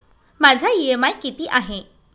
माझा इ.एम.आय किती आहे?